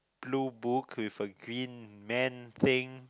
blue book with a green man playing